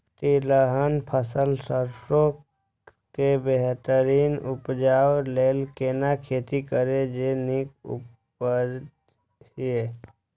तिलहन फसल सरसों के बेहतरीन उपजाऊ लेल केना खेती करी जे नीक उपज हिय?